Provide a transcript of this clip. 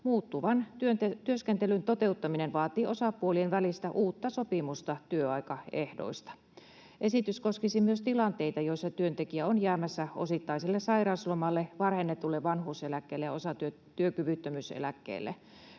muuttuvan työskentelyn toteuttaminen vaatii osapuolien välistä uutta sopimusta työaikaehdoista. Esitys koskisi myös tilanteita, joissa työntekijä on jäämässä osittaiselle sairauslomalle, varhennetulle vanhuuseläkkeelle tai osatyökyvyttömyyseläkkeelle.